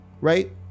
right